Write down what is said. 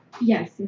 Yes